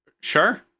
Sure